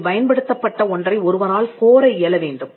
அதில் பயன்படுத்தப்பட்ட ஒன்றை ஒருவரால் கோர இயல வேண்டும்